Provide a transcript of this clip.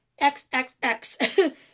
XXX